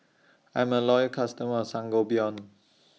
I'm A Loyal customer of Sangobion